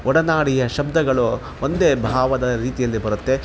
ಒಡನಾಡಿಯ ಶಬ್ದಗಳು ಒಂದೇ ಭಾವದ ರೀತಿಯಲ್ಲಿ ಬರುತ್ತೆ